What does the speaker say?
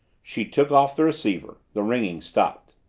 she took off the receiver. the ringing stopped.